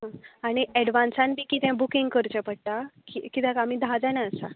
हं आनी एडवान्सान बी कितें बुकींग करचें पडटा की कित्याक आमी धा जाणां आसा